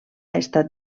estat